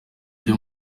byo